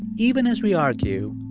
even as we argue,